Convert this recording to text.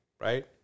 right